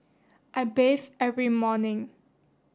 I bathe every morning